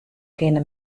kinne